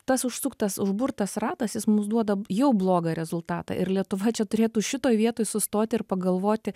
tas užsuktas užburtas ratas jis mums duoda jau blogą rezultatą ir lietuva čia turėtų šitoj vietoj sustoti ir pagalvoti